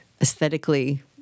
Aesthetically